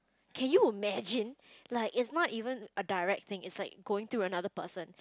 can you imagine like it's not even a direct thing it's like going through another person